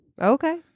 okay